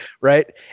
right